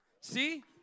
see